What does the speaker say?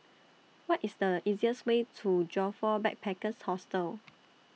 What IS The easiest Way to Joyfor Backpackers' Hostel